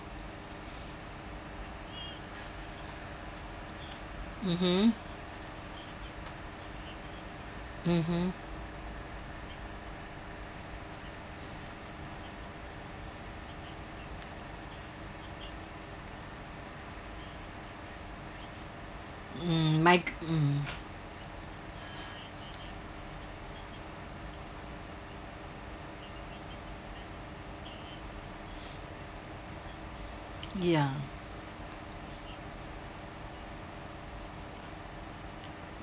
mmhmm mmhmm mm might mm ya